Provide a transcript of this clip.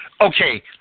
Okay